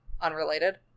unrelated